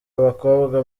abakobwa